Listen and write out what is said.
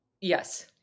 yes